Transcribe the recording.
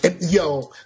Yo